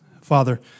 Father